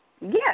Yes